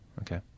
okay